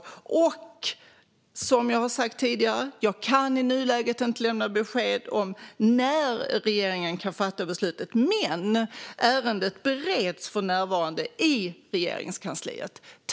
Som jag också har sagt tidigare kan jag inte i nuläget lämna besked om när regeringen kan fatta beslut. Men ärendet bereds för närvarande i Regeringskansliet.